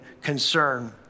concern